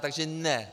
Takže ne.